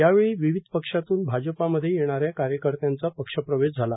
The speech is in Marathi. यावेळी विविध पक्षातून भाजपा मध्ये येणाऱ्या कार्यकर्त्यांचा पक्ष प्रवेश झाला